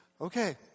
Okay